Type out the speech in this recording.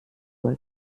mal